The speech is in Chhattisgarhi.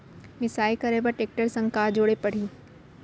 मिसाई करे बर टेकटर संग का जोड़े पड़ही?